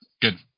Good